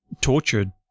tortured